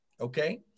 Okay